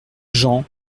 jean